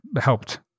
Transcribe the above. helped